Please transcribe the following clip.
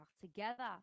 Together